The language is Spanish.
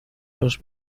los